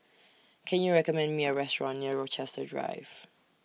Can YOU recommend Me A Restaurant near Rochester Drive